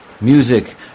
music